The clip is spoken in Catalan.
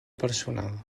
personal